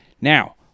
Now